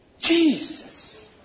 Jesus